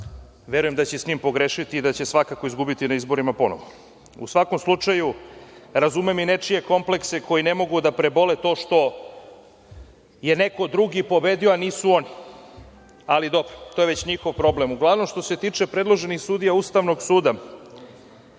verujem da će sa njim pogrešiti i da će svakako izgubiti na izborima ponovo.U svakom slučaju, razumem i nečije komplekse koji ne mogu da prebole to što je neko drugi pobedio, a nisu oni, ali dobro, to je već njihov problem. Uglavnom, što se tiče predloženih sudija Ustavnog suda,